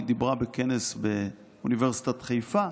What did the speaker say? היא דיברה בכנס באוניברסיטת חיפה.